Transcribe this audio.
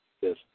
Yes